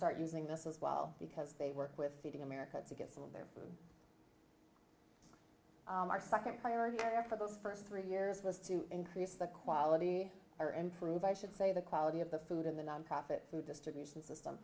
start using this as well because they work with feeding america to get some of their our second priority air for those first three years was to increase the quality or improve i should say the quality of the food in the nonprofit food distribution system